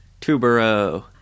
Tubero